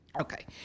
Okay